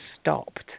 stopped